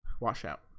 washout